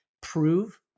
prove